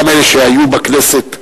אצל אותם אלה שהיו בכנסת השבע-עשרה,